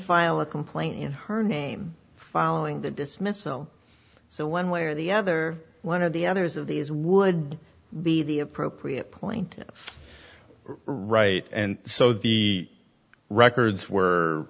file a complaint in her name following the dismissal so one way or the other one of the others of these would be the appropriate point right and so the records were